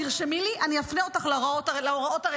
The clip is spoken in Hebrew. תרשמי לי ואני אפנה אותך להוראות הרלוונטיות.